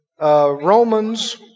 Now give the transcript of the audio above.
Romans